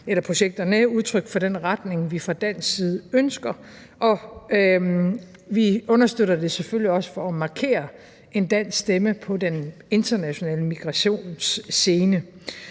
Projekterne her er udtryk for den retning, som vi fra dansk side ønsker, og vi understøtter det selvfølgelig også for at markere en dansk stemme på den internationale migrationsscene.